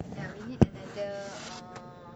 ya we need another uh